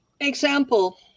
example